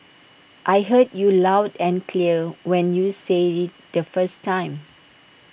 I heard you loud and clear when you said IT the first time